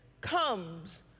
comes